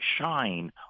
shine